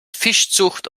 fischzucht